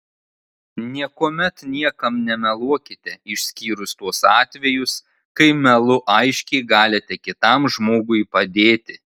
niekuomet niekam nemeluokite išskyrus tuos atvejus kai melu aiškiai galite kitam žmogui padėti